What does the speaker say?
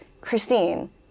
Christine